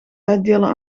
uitdelen